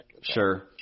Sure